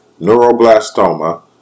neuroblastoma